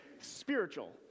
spiritual